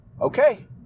okay